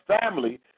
family